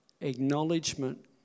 acknowledgement